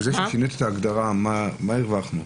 בזה שהכניס את ההגדרה, מה הרווחנו?